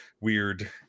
weird